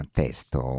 testo